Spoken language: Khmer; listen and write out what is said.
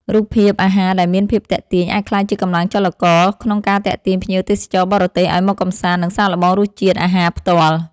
រូបភាពអាហារដែលមានភាពទាក់ទាញ អាចក្លាយជាកម្លាំងចលករក្នុងការទាក់ទាញភ្ញៀវទេសចរបរទេសឱ្យមកកម្សាន្ត និងសាកល្បងរសជាតិអាហារផ្ទាល់។